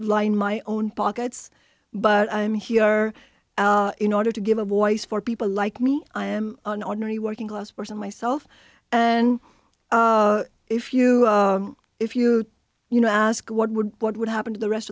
line my own pockets but i'm here in order to give a voice for people like me i am an ordinary working class person myself and if you if you you know ask what would what would happen to the rest